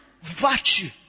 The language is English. virtue